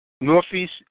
Northeast